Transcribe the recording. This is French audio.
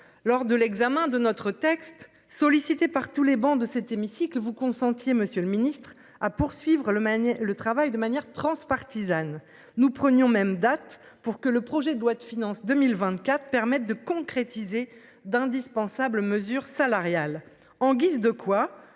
lors de l'examen de notre texte. Sollicité par tous les bancs de cet hémicycle, vous. Monsieur le Ministre à poursuivre le le travail de manière transpartisane nous prenions même date pour que le projet de loi de finances 2024 permettent de concrétiser d'indispensables mesures salariales en guise de quoi